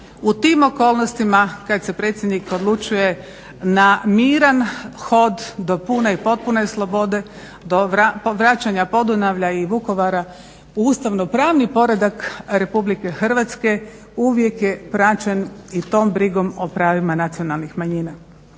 u tim okolnostima kad se predsjednik odlučuje na miran hod do pune i potpune slobode, do vraćanja Podunavlja i Vukovara u Ustavno-pravni poredak RH, uvijek je praćen i tom brigom o pravima nacionalnih manjina.